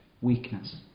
weakness